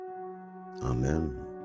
Amen